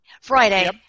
Friday